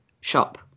shop